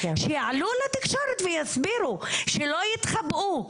שיעלו לתקשורת ויסבירו, שלא יתחבאו.